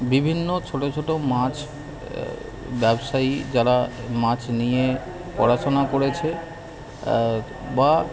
বিভিন্ন ছোট ছোট মাছ ব্যবসায়ী যারা মাছ নিয়ে পড়াশোনা করেছে বা